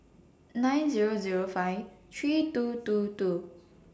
nine Zero Zero five three two two two